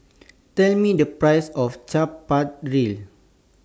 Tell Me The Price of Chaat Papri